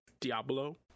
Diablo